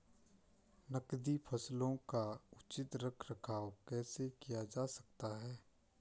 नकदी फसलों का उचित रख रखाव कैसे किया जा सकता है?